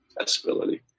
accessibility